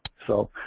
so,